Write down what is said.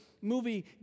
movie